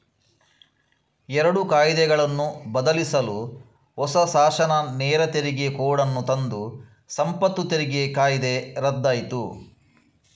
ಎರಡು ಕಾಯಿದೆಗಳನ್ನು ಬದಲಿಸಲು ಹೊಸ ಶಾಸನ ನೇರ ತೆರಿಗೆ ಕೋಡ್ ಅನ್ನು ತಂದು ಸಂಪತ್ತು ತೆರಿಗೆ ಕಾಯ್ದೆ ರದ್ದಾಯ್ತು